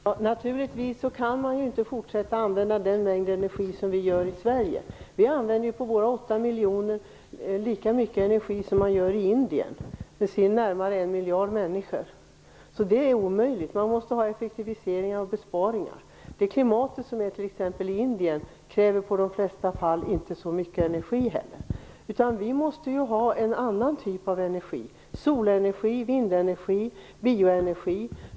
Herr talman! Naturligtvis kan vi inte fortsätta att använda den mängd energi som vi gör i Sverige. Vi med våra 8 miljoner invånare använder ju lika mycket energi som man gör i Indien som har närmare 1 miljard invånare. Det är omöjligt. Man måste ha effektivisering och besparingar. Klimatet i t.ex. Indien kräver i de flesta fall inte så mycket energi. Vi måste ha en annan typ av energi - solenergi, vindenergi och bioenergi.